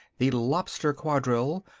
the lobster quadrille.